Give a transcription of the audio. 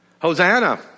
Hosanna